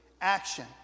action